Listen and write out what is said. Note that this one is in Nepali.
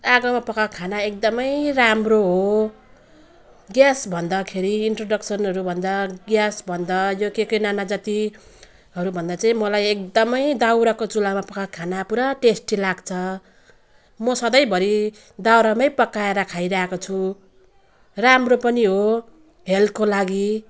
आगोमा पकाएको खाना एकदम राम्रो हो ग्यास भन्दाखेरि इन्ट्रोडक्सनहरू भन्दा ग्यास भन्दा यो के के नाना जातिहरू भन्दा चाहिँ मलाई एकदम दाउराको चुलामा पकाएको खाना पुरा टेस्टी लाग्छ म सधैँभरि दाउरामै पकाएर खाइरहेको छु राम्रो पनि हो हेल्थको लागि